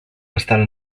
bastant